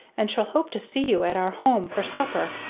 and shall hope to see you at our home for supper,